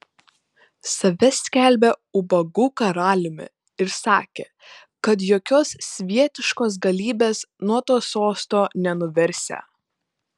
save skelbė ubagų karaliumi ir sakė kad jokios svietiškos galybės nuo to sosto nenuversią